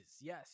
Yes